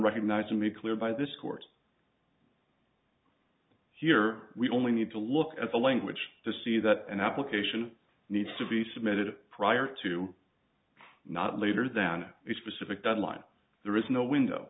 recognized to me clear by this court here we only need to look at the language to see that an application needs to be submitted prior to not later than the specific deadline there is no window